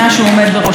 כמעט מייד,